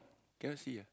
cannot see ah